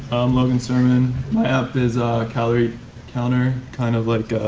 i'm logan serman my app is calorie counter kind of like